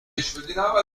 کنید